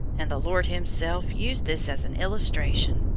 and the lord himself used this as an illustration.